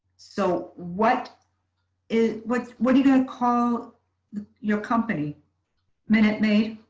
so what it what what do you call your company minute made